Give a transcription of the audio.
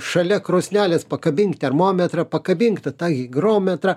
šalia krosnelės pakabink termometrą pakabink tą tą higrometrą